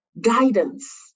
guidance